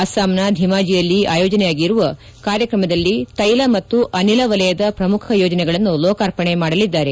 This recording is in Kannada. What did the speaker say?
ಅಸ್ಲಾಂನ ಧೀಮಾಜಿಯಲ್ಲಿ ಆಯೋಜನೆಯಾಗಿರುವ ಕಾರ್ಯಕ್ರಮದಲ್ಲಿ ತೈಲ ಮತ್ತು ಅನಿಲ ವಲಯದ ಪ್ರಮುಖ ಯೋಜನೆಗಳನ್ನು ಲೋಕಾರ್ಪಣೆ ಮಾಡಲಿದ್ದಾರೆ